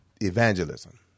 Evangelism